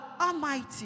Almighty